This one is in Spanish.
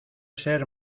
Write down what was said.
ser